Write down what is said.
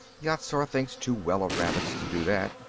yat-zar thinks too well of rabbits to do that,